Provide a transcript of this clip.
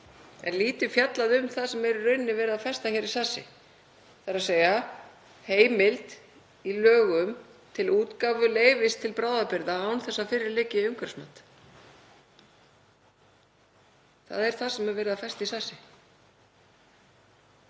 en lítið fjallað um það sem er í rauninni verið að festa í sessi. Það er heimild í lögum til útgáfu leyfis til bráðabirgða án þess að fyrir liggi umhverfismat. Það er það sem er verið að festa í sessi.